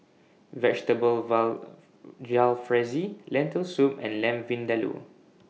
Vegetable Jalfrezi Lentil Soup and Lamb Vindaloo